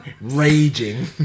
raging